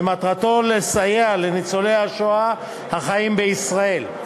ומטרתו לסייע לניצולי שואה החיים בישראל.